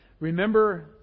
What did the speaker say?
Remember